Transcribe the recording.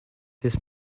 this